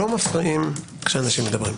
לא מפריעים כשאנשים מדברים.